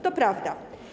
To prawda.